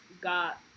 got